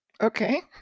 Okay